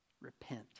Repent